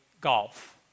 golf